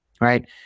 right